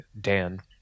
dan